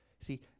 See